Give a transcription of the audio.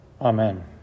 Amen